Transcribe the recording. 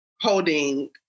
holding